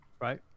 Right